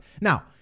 Now